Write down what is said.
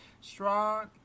Strong